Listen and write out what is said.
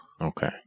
Okay